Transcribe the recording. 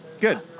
Good